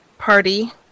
party